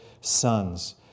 sons